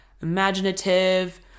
imaginative